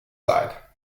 side